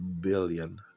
billion